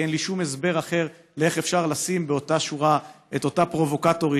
כי אין לי שום הסבר אחר איך אפשר לשים באותה שורה את אותה פרובוקטורית,